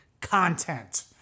content